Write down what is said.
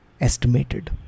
estimated